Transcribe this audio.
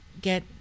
get